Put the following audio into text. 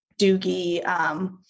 Doogie